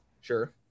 Sure